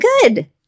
good